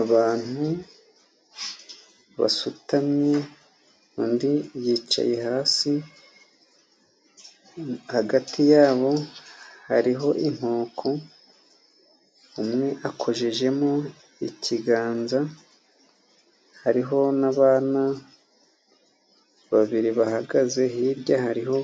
Abantu basutamye, undi yicaye hasi, hagati ya bo hariho inkoko, umwe akojejemo ikiganza, hariho n'abana babiri bahagaze, hirya hariho